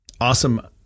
Awesome